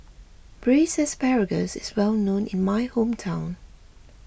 Braised Asparagus is well known in my hometown